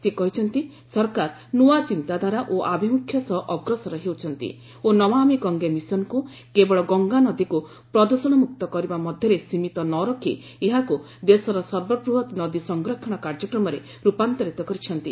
ସେ କହିଛନ୍ତି ସରକାର ନ୍ନଆ ଚିନ୍ତାଧାରା ଓ ଆଭିମୁଖ୍ୟ ସହ ଅଗ୍ରସର ହେଉଛନ୍ତି ଓ ନମାମୀ ଗଙ୍ଗେ ମିଶନକୁ କେବଳ ଗଙ୍ଗାନଦୀକୁ ପ୍ରଦୃଷଣମୁକ୍ତ କରିବା ମଧ୍ୟରେ ସୀମିତ ନ ରଖି ଏହାକୁ ଦେଶର ସର୍ବବୃହତ ନଦୀ ସଂରକ୍ଷଣ କାର୍ଯ୍ୟକ୍ରମରେ ରୂପାନ୍ତରିତ କରିଛନ୍ତି